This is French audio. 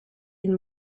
une